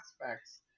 aspects